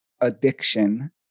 addiction